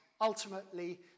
ultimately